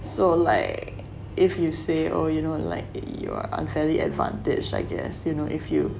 so like if you say oh you know like you are unfairly advantaged I guess you know if you